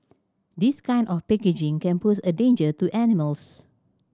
this kind of packaging can pose a danger to animals